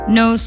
no